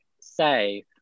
say